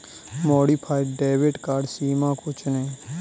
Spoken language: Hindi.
मॉडिफाइड डेबिट कार्ड सीमा को चुनें